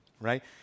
right